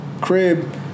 crib